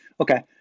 Okay